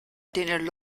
den